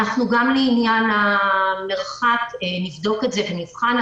גם לעניין המרחק אנחנו נבדוק את זה ונבחן,